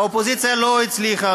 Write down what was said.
האופוזיציה לא הצליחה,